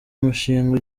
umushinga